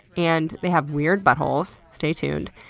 and they have weird buttholes, stay tuned,